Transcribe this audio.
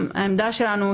שהעמדה שלנו,